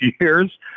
years